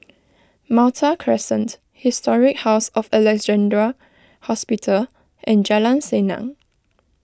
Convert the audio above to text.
Malta Crescent Historic House of Alexandra Hospital and Jalan Senang